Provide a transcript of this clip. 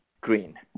green